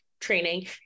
training